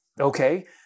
Okay